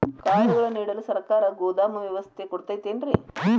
ಕಾಳುಗಳನ್ನುಇಡಲು ಸರಕಾರ ಗೋದಾಮು ವ್ಯವಸ್ಥೆ ಕೊಡತೈತೇನ್ರಿ?